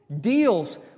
deals